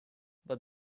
but